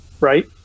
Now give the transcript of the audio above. right